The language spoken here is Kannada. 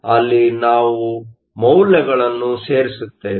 ಅಲ್ಲಿ ನಾವು ಮೌಲ್ಯಗಳನ್ನು ಸೇರಿಸುತ್ತೇವೆ